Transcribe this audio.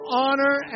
honor